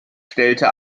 stellte